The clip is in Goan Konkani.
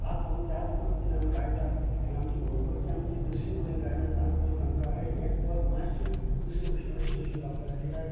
आज त्याच पद्दतीन आमी गायतात हांगा आमची बरोबरची आमची दुसरी कोणी गायतात तांकां म्हण सांगतात आरे ये पद मातशें दुसरें भशेन अशें भशेन जावपाक जाय किद्याक